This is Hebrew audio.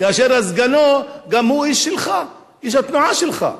כאשר סגנו הוא גם איש שלך, איש התנועה שלך.